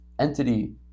entity